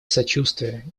сочувствие